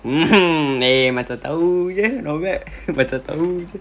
mmhmm eh macam tahu jer not bad macam tahu jer